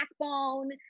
backbone